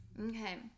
okay